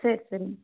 சரி சரிங்க